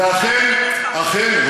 ואכן,